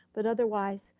but otherwise,